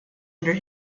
under